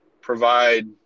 provide